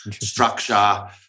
structure